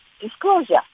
disclosure